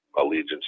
allegiance